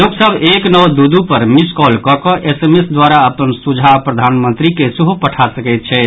लोक सभ एक नओ दू दू पर मिस कॉल कऽ कऽ एसएमएसक द्वारा अपन सुझाव प्रधानमंत्री के सेहो पठा सकैत छथि